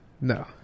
No